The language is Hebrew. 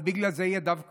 אז בגלל זה ידיו כבולות.